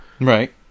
Right